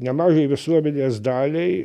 nemažai visuomenės daliai